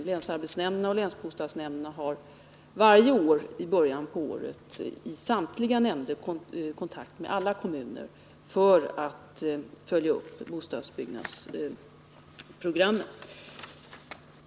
Samtliga länsarbetsnämnder och länsbostadsnämnder har i början av varje år haft kontakt med alla kommuner för att följa upp bostadsbyggnadsprogrammen.